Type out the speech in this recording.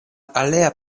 alia